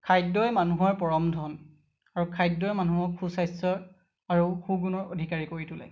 খাদ্যই মানুহৰ পৰম ধন আৰু খাদ্যই মানুহক সুস্বাস্থ্য আৰু সুগুণৰ অধিকাৰী কৰি তোলে